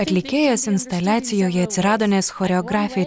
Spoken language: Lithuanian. atlikėjas instaliacijoje atsirado nes choreografė